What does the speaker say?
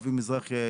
לאבי מזרחי,